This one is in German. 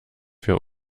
für